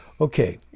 Okay